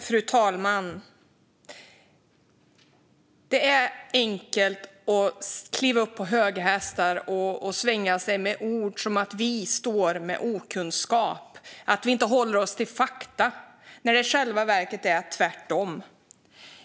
Fru talman! Det är enkelt att sätta sig på sina höga hästar och svänga sig med ord om att vi står med okunskap eller inte håller oss till fakta. Men i själva verket är det tvärtom.